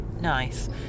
nice